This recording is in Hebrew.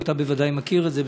אתה בוודאי מכיר את זה,